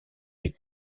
des